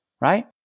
right